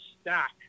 stack